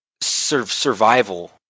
survival